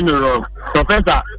Professor